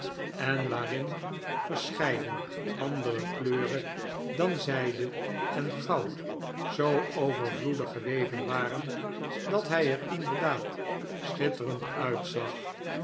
en waarin verscheiden andere kleuren dan zijde en goud zoo overvloedig geweven waren dat hij er inderdaad schitterend uitzag